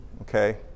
Okay